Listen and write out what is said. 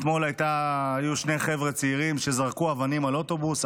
אתמול היו שני חבר'ה צעירים שזרקו אבנים על האוטובוס,